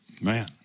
Man